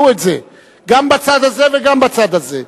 גם בצד הזה וגם בצד הזה.